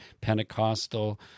Pentecostal